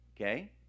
okay